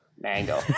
mango